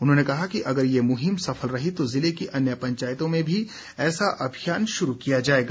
उन्होंने कहा कि अगर ये मुहिम सफल रही तो जिले की अन्य पंचायतों में भी ऐसा अभियान शुरू किया जाएगा